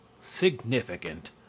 significant